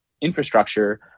infrastructure